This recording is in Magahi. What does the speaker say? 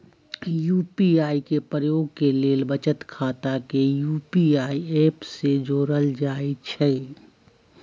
यू.पी.आई के प्रयोग के लेल बचत खता के यू.पी.आई ऐप से जोड़ल जाइ छइ